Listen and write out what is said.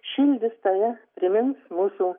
šildys tave primins mūsų